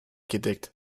gedeckt